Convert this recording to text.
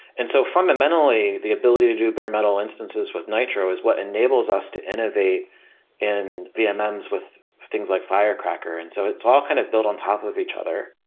and so fundamentally, the ability to do bare-metal instances with nitro is what enables us to innovate and be amends with things like firecracker. and so it's all kind of build on top of each other.